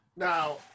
Now